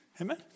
Amen